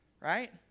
right